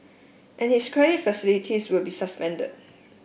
and his credit facilities will be suspended